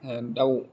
दाउ